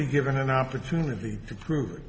be given an opportunity to prove